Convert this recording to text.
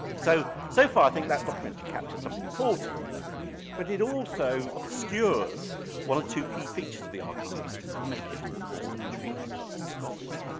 so, so far i think that document should capture something important but it also obscures one or two key features of the archives to make it all the more intriguing to us scholars.